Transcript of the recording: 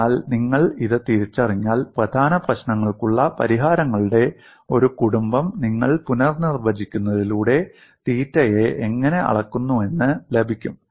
അതിനാൽ നിങ്ങൾ ഇത് തിരിച്ചറിഞ്ഞാൽ പ്രധാന പ്രശ്നങ്ങൾക്കുള്ള പരിഹാരങ്ങളുടെ ഒരു കുടുംബം നിങ്ങൾ പുനർനിർവചിക്കുന്നതിലൂടെ തീറ്റയെ എങ്ങനെ അളക്കുന്നുവെന്ന് ലഭിക്കും